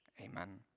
amen